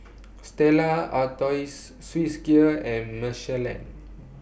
Stella Artois Swissgear and Michelin